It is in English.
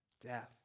death